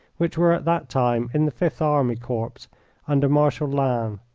which were at that time in the fifth army corps under marshal lannes.